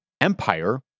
Empire